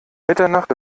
mitternacht